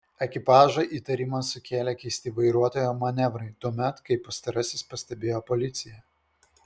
ekipažui įtarimą sukėlė keisti vairuotojo manevrai tuomet kai pastarasis pastebėjo policiją